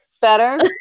Better